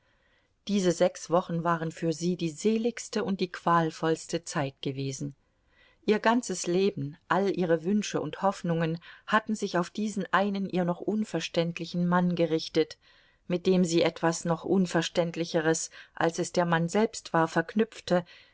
diese sechs wochen waren für sie die seligste und die qualvollste zeit gewesen ihr ganzes leben all ihre wünsche und hoffnungen hatten sich auf diesen einen ihr noch unverständlichen mann gerichtet mit dem sie etwas noch unverständlicheres als es der mann selbst war verknüpfte